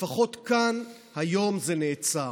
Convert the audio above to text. לפחות כאן, היום, זה נעצר.